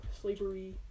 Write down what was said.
slavery